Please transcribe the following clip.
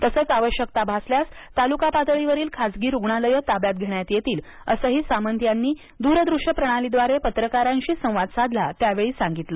तसंच आवश्यकता भासल्यास तालुका पातळीवरील खासगी रूग्णालयेत ताब्यात घेण्यात येतील असंही सामंत यांनी द्रदृश्य प्रणालीद्वारे पत्रकारांशी संवाद साधला त्यावेळी सांगितलं